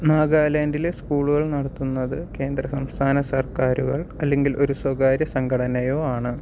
നാഗാലാൻഡിലെ സ്ക്കൂളുകൾ നടത്തുന്നത് കേന്ദ്ര സംസ്ഥാന സർക്കാരുകൾ അല്ലെങ്കിൽ ഒരു സ്വകാര്യ സംഘടനയോ ആണ്